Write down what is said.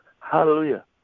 hallelujah